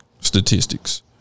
statistics